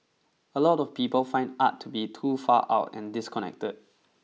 a lot of people find art to be too far out and disconnected